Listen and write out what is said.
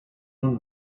nun